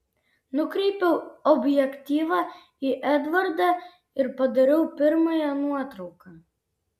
nukreipiau objektyvą į edvardą ir padariau pirmąją nuotrauką